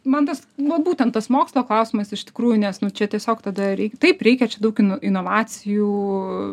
man tas va būtent tas mokslo klausimas iš tikrųjų nes nu čia tiesiog tada reik taip reikia čia daug inovacijų